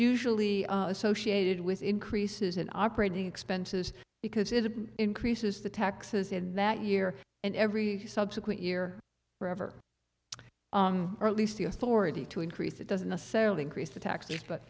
usually associated with increases in operating expenses because it increases the taxes and that year and every subsequent year forever or at least the authority to increase it doesn't necessarily increase the taxes but